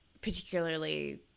particularly